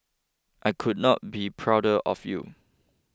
I could not be prouder of you